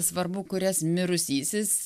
svarbu kurias mirusysis